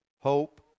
hope